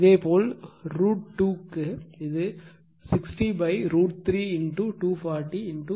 இதேபோல் √ 2 க்கு இது 60 √ 3 240 0